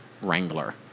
wrangler